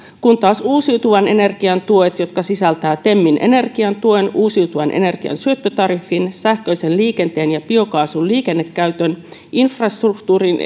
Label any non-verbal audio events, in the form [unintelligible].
kun taas uusiutuvan energian tuet jotka sisältävät temin energiatuen uusiutuvan energian syöttötariffin sähköisen liikenteen ja biokaasun liikennekäytön infrastruktuurin [unintelligible]